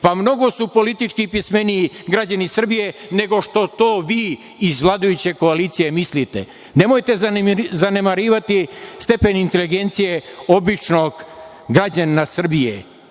Mnogo su politički pismeniji građani Srbije, nego što to vi iz vladajuće koalicije mislite. Nemojte zanemarivati stepen inteligencije običnog građanina Srbije,